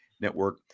network